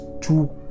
two